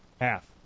Half